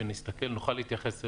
שנוכל להתייחס אליהם.